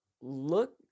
Look